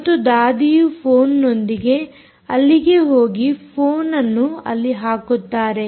ಮತ್ತು ದಾದಿಯು ಫೋನ್ನೊಂದಿಗೆ ಅಲ್ಲಿಗೆ ಹೋಗಿ ಫೋನ್ ಅನ್ನು ಅಲ್ಲಿ ಹಾಕುತ್ತಾರೆ